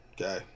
Okay